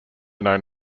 known